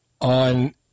on